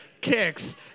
kicks